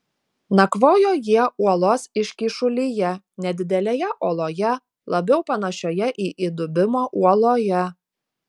nakvojo jie uolos iškyšulyje nedidelėje oloje labiau panašioje į įdubimą uoloje